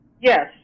Yes